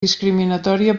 discriminatòria